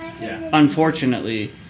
Unfortunately